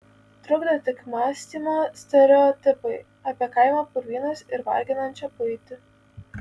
trukdo tik mąstymo stereotipai apie kaimo purvynus ir varginančią buitį